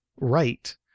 right